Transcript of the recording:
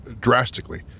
drastically